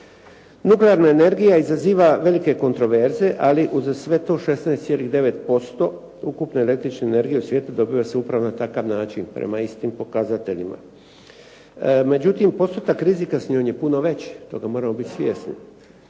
Nuklearna energija izaziva velike kontroverze ali uz sve to 16,9% ukupne električne energije u svijetu dobiva se upravo na takav način prema istim pokazateljima. Međutim, postotak rizika s njom je puno veći, toga moramo biti svjesni.